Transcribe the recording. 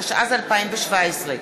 התשע"ז 2017,